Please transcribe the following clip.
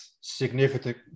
significant